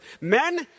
men